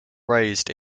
raised